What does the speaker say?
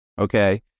Okay